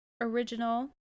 original